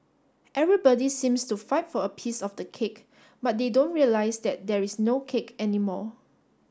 everybody seems to fight for a piece of the cake but they don't realise that there is no cake anymore